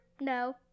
No